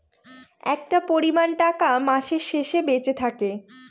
একটা পরিমান টাকা মাসের শেষে বেঁচে থাকে